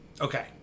Okay